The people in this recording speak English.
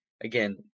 again –